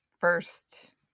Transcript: first